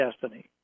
destiny